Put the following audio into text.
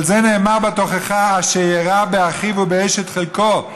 על זה נאמר בתוכחה "תרע עינו באחיו ובאשת חיקו".